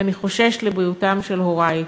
ואני חושש לבריאותם של הורי.